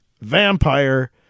vampire